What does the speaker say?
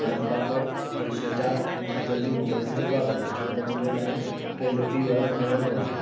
ऐं हिकु पापड़ थोरी सी अचार मूंखे जल्दी मोकिलण जी कृपा कंदा छो त मुंहिंजो टाइम ट्रेन जो थी वियो आहे मूंखे वञिणो आहे